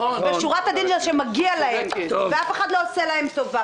ושורת הדין זה שמגיע להם ואף אחד לא עושה להם טובה.